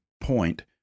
point